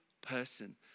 person